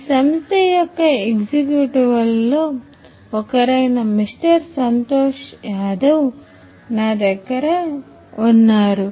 ఈ సంస్థ యొక్క ఎగ్జిక్యూటివ్లలో ఒకరైన మిస్టర్ సంతోష్ యాదవ్ నా దగ్గర ఉన్నారు